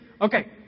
Okay